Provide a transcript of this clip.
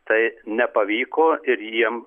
tai nepavyko ir jiem